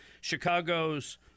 Chicago's